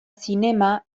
zinema